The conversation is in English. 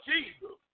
Jesus